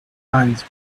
eyes